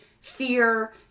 fear